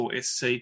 sc